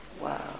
Wow